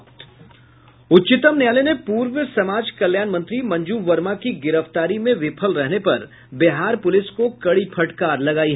उच्चतम न्यायालय ने पूर्व समाज कल्याण मंत्री मंजू वर्मा की गिरफ्तारी में विफल रहने पर बिहार पुलिस को कड़ी फटकार लगायी